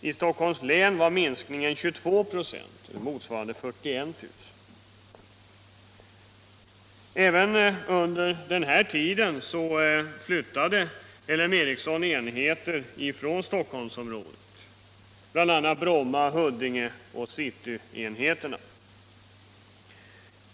I Stockholms län var minskningen 22 procent .” Även under den här tiden flyttade LM Ericsson enheter från Stockholmsområdet, bl.a. Bromma-, Huddingeoch cityenheterna.